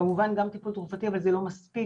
כמובן, גם טיפול תרופתי אבל זה לא מספיק.